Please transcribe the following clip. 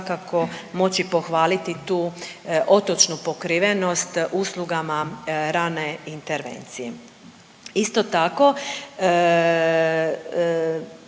svakako moći pohvaliti tu otočnu pokrivenost uslugama rane intervencije. Isto tako